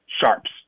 sharps